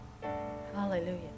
Hallelujah